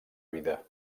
vida